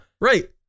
Right